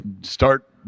start